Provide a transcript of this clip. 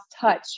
touch